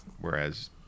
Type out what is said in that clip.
Whereas